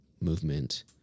movement